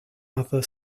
other